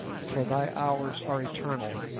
for thy hours are eternal.